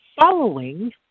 following